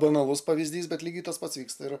banalus pavyzdys bet lygiai tas pats vyksta ir